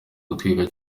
gutwita